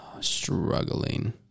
struggling